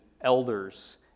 elders